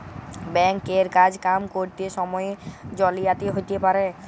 bank এর কাজ কাম ক্যরত সময়ে জালিয়াতি হ্যতে পারে